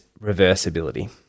reversibility